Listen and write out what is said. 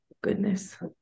goodness